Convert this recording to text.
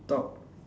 talk